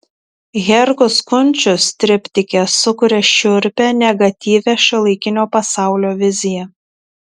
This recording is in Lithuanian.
herkus kunčius triptike sukuria šiurpią negatyvią šiuolaikinio pasaulio viziją